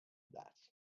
that